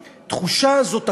התחושה הזאת הקבועה,